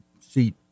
seat